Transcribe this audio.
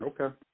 Okay